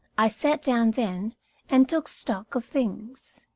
i sat down then and took stock of things.